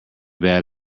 bat